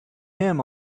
him